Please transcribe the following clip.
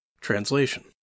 Translation